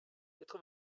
quatre